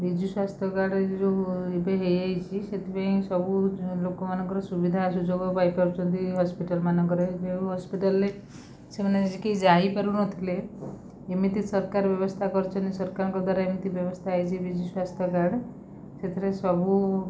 ବିଜୁସ୍ୱାସ୍ଥ୍ୟ card ଏ ଯେଉଁ ଏବେ ହେଇଯାଇଛି ସେଥିପେଇଁ ସବୁ ଲୋକମାନଙ୍କର ସୁବିଧା ସୁଯୋଗ ପାଇପାରୁଛନ୍ତି ହସ୍ପିଟାଲମାନଙ୍କରେ ଯେଉଁ ହସ୍ପିଟାଲରେ ସେମାନେ କେହି ଯାଇପାରୁନଥିଲେ ଏମିତି ସରକାର ବ୍ୟବସ୍ଥା କରିଛନ୍ତି ସରକାରଙ୍କ ଦ୍ୱାରା ଏମିତି ବ୍ୟବସ୍ଥା ହେଇଛି ବିଜୁସ୍ୱାସ୍ଥ୍ୟ କାର୍ଡ଼ ସେଥିରେ ସବୁ